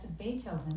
Beethoven